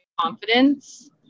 confidence